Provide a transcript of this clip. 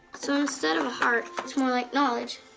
so instead of a heart, it's more like knowledge.